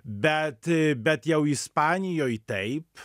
bet bet jau ispanijoj taip